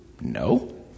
No